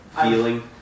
feeling